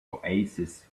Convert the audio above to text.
oasis